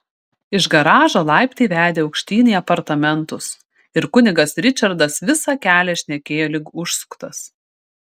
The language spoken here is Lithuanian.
iš garažo laiptai vedė aukštyn į apartamentus ir kunigas ričardas visą kelią šnekėjo lyg užsuktas